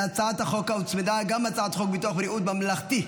להצעת החוק הוצמדה גם הצעת חוק ביטוח בריאות ממלכתי (תיקון,